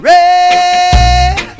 Red